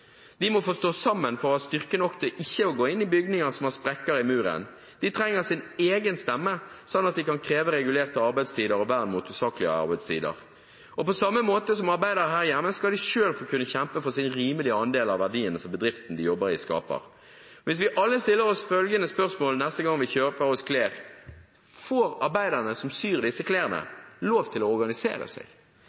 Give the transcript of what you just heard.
De må få stå sammen for å ha styrke nok til ikke å gå inn i bygninger som har sprekker i muren. De trenger sin egen stemme, sånn at de kan kreve regulerte arbeidstider og vern mot usaklige arbeidstider. På samme måte som arbeiderne her hjemme skal de selv få kjempe for sin rimelige andel av verdiene som bedriften de jobber i, skaper. Hva om vi alle stiller oss følgende spørsmål neste gang vi kjøper oss klær: Får arbeiderne som syr disse klærne, lov til å organisere seg?